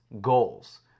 goals